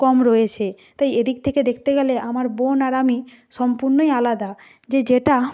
কম রয়েছে তাই এদিক থেকে দেখতে গেলে আমার বোন আর আমি সম্পূর্ণই আলাদা যে যেটা